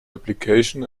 application